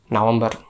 November